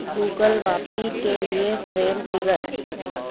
Google Vapi के लिए train ticket